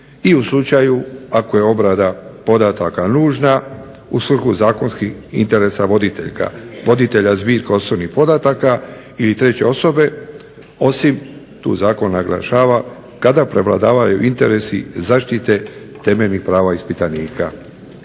i u slučaju ako je obrada podataka nužna u svrhu zakonskih interesa voditelja zbirke osobnih podataka ili treće osobe, osim, tu zakon naglašava, kada prevladavaju interesi zaštite temeljnih prava ispitanika.